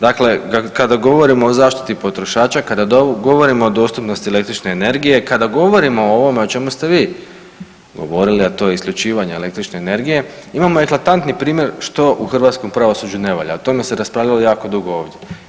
Dakle, kada govorimo o zaštiti potrošača, kada govorimo o dostupnosti električne energije, kada govorimo o ovome o čemu ste vi govorili, a to je isključivanje električne energije imamo eklatantni primjer što u hrvatskom pravosuđu ne valja, o tome se raspravljalo jako dugo ovdje.